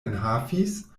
enhavis